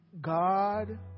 God